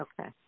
Okay